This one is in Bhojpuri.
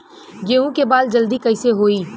गेहूँ के बाल जल्दी कईसे होई?